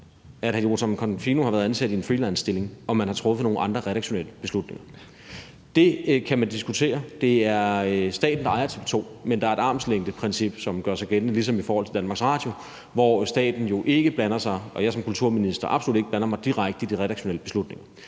2, at Jotam Confino har været ansat i en freelancestilling, og at man har truffet nogle andre redaktionelle beslutninger. Det kan man diskutere. Det er staten, der ejer TV 2, men der er et armslængdeprincip, som gør sig gældende, ligesom i forhold til Danmarks Radio, hvor staten jo ikke blander sig og jeg som kulturminister absolut ikke blander mig direkte i de redaktionelle beslutninger.